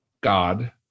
God